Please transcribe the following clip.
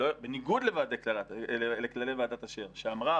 בניגוד לכללי ועדת אשר שאמרה,